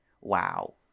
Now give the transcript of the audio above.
wow